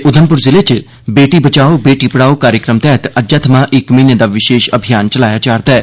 उधमप्र जिले च 'बेटी बचाओ बेटी पढ़ाओ' कार्यक्रम तैहत अज्जै थमां इक म्हीने दा विशेष अभियान चलाया जा रदा ऐ